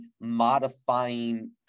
modifying